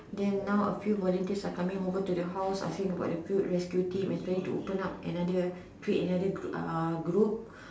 then now a few volunteers are coming over to the house asking about the food rescue team and saying to open up a create another group